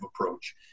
approach